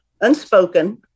Unspoken